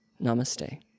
Namaste